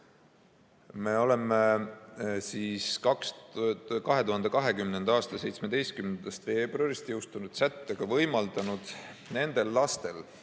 me oleme 2020. aasta 17. veebruaris jõustunud sättega võimaldanud nendel lastel,